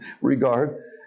regard